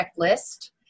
checklist